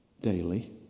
daily